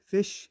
Fish